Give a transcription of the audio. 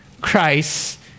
Christ